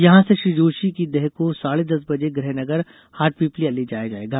यहां से श्री जोशी की देह को साढ़े दस बजे गृह नगर हाटपिपलिया ले जाया जायेगा